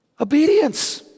Obedience